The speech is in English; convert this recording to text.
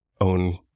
own